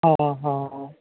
हँ हँअऽ